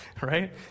Right